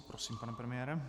Prosím, pane premiére.